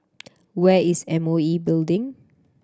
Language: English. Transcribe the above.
where is M O E Building